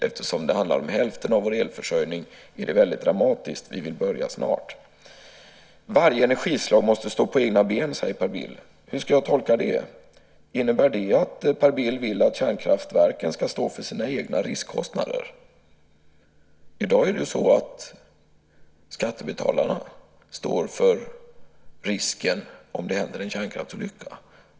Eftersom det handlar om hälften av vår elförsörjning är det väldigt dramatiskt. Vi vill börja snart. Varje energislag måste stå på egna ben, säger Per Bill. Hur ska jag tolka det? Innebär det att Per Bill vill att kärnkraftverken ska stå för sina egna riskkostnader? I dag är det skattebetalarna som står för risken om det händer en kärnkraftsolycka.